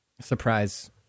surprise